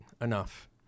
enough